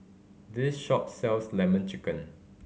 this shop sells Lemon Chicken